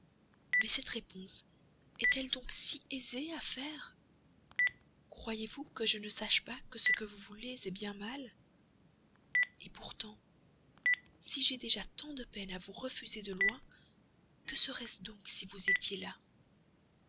mais cette réponse est-elle donc si aisée à faire croyez-vous que je ne sache pas que ce que vous voulez est bien mal et pourtant si j'ai déjà tant de peine à vous refuser de loin que serait-ce donc si vous étiez là